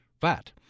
Fat